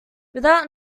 without